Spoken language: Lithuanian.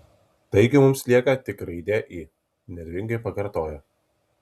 taigi mums lieka tik raidė i nervingai pakartojo